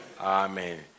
Amen